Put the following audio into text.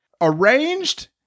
Arranged